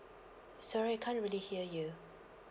sorry can't really hear you